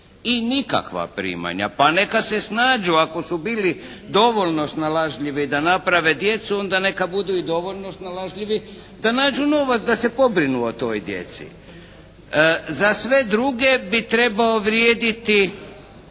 i nikakva primanja, pa neka se snađu. Ako su bili dovoljno snalažljivi da naprave djecu onda neka budu i dovoljno snalažljivi da nađu novac da se pobrinu o toj djeci. Za sve druge bi trebao vrijediti